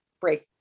break